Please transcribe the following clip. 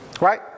Right